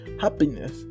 happiness